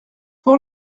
pour